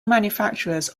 manufacturers